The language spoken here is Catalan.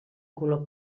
color